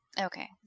Okay